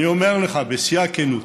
אני אומר לך בשיא הכנות: